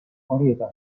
horietan